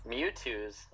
Mewtwo's